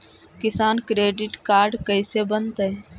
किसान credit card कैसे बनतै?